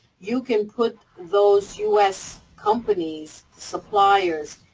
you can put those u s. companies, suppliers,